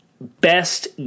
best